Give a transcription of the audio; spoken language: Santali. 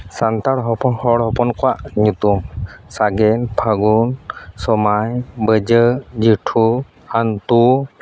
ᱥᱟᱱᱛᱟᱲ ᱦᱚᱯᱚᱱ ᱦᱚᱲ ᱦᱚᱯᱚᱱ ᱠᱚᱣᱟᱜ ᱧᱩᱛᱩᱢ ᱥᱟᱜᱮᱱ ᱯᱷᱟᱹᱜᱩᱱ ᱥᱚᱢᱟᱭ ᱵᱟᱹᱡᱟᱹᱞ ᱡᱮᱴᱷᱩ ᱦᱟᱱᱛᱩ